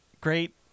great